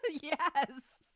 Yes